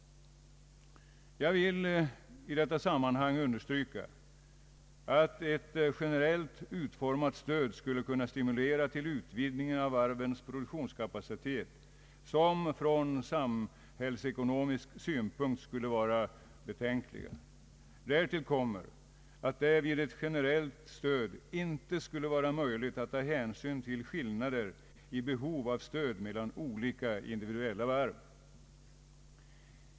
Jag vill i detta sammanhang understryka, att ett generellt utformat stöd skulle kunna stimulera till utvidgningar av varvens produktionskapacitet, som från samhällsekonomisk synpunkt skulle kunna vara betänkliga. Därtill kommer att det vid ett generellt stöd inte skulle vara möjligt att ta hänsyn till skillnader i behov av stöd mellan olika individuella varv.